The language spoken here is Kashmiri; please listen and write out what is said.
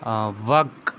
آ وَق